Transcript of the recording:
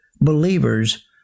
believers